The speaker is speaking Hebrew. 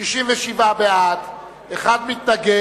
לסיוע ולעידוד